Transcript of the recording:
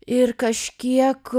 ir kažkiek